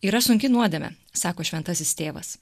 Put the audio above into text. yra sunki nuodėmė sako šventasis tėvas